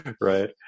Right